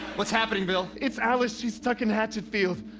what's happening bill? it's alice. she's stuck in hatchetfield.